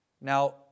Now